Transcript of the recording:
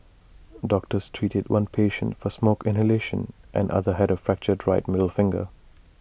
doctors treated one patient for smoke inhalation and another had A fractured right middle finger